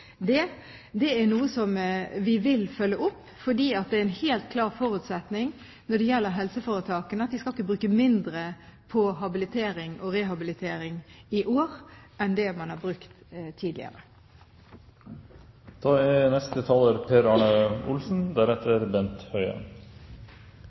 Det er noe som vi vil følge opp, fordi det er en helt klar forutsetning når det gjelder helseforetakene at de ikke skal bruke mindre på habilitering og rehabilitering i år enn det man har brukt